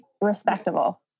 Respectable